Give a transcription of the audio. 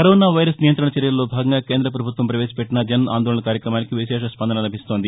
corona virus నియంత్రణ చర్యల్లో భాగంగా కేంద్రపభుత్వం పవేశపెట్టిన జన్ ఆందోళన్ కార్యక్రమానికి విశేష స్పందన లభిస్తోంది